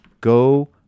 go